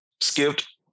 skipped